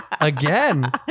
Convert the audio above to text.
again